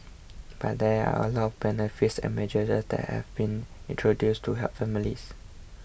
but there are a lot of benefits and measures that have been introduced to help families